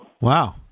Wow